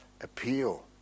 appeal